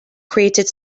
created